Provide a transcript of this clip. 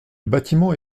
bâtiment